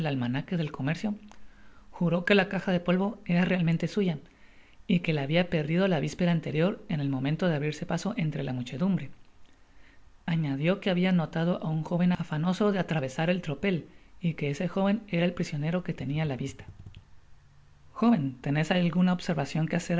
almanaque del comercio juró que la caja de polvo era realmente suya y que la habia perdido la vispera anterior en el momento de abrirse paso entre la muchedumbre añadió que habia notado á un joven afanoso de atravesar el tropel y que ese joven era el prisionero que tenia á la vista content from google book search generated at joven leneis alguna observacion que hacer